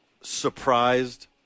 surprised